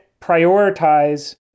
prioritize